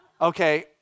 Okay